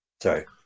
Sorry